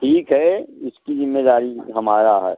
ठीक है उसकी जिम्मेदारी हमारा है